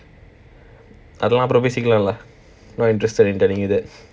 அதெல்லாம் அப்பறம் பேசிக்கலாம்:athellam apparam peasikkalaam lah not interested in telling you that